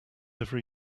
every